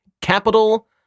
capital